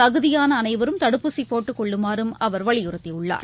தகுதியானஅனைவரும் தடுப்பூசிபோட்டுக்கொள்ளுமாறும் அவர் வலியுறுத்தியுள்ளார்